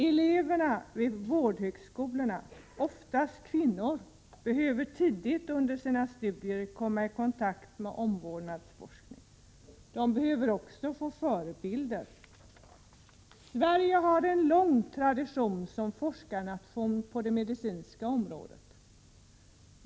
Eleverna vid vårdhögskolorna, som oftast är kvinnor, behöver tidigt under sina studier komma i kontakt med omvårdnadsforskning. De behöver också få förebilder. Sverige har en lång tradition som forskarnation på det medicinska området.